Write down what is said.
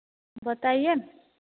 बताइए